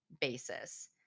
basis